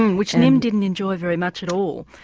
and which nim didn't enjoy very much at all.